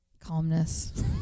calmness